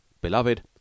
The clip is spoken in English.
Beloved